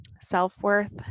self-worth